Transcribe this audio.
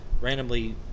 randomly